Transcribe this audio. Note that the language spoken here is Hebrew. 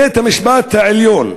בית-המשפט העליון,